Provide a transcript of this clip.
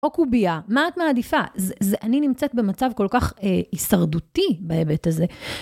או קובייה, מה את מעדיפה? אני נמצאת במצב כל כך הישרדותי בהיבט הזה.